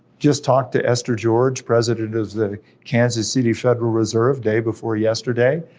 just talked to esther george, president of the kansas city federal reserve, day before yesterday,